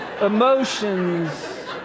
emotions